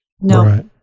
No